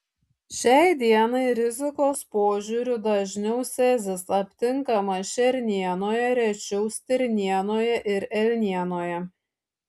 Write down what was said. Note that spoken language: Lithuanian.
šiai dienai rizikos požiūriu dažniau cezis aptinkamas šernienoje rečiau stirnienoje ir elnienoje